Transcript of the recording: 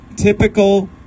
Typical